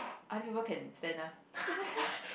other people can stand ah